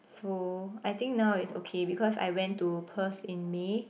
so I think now it's okay because I went to Perth in May